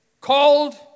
called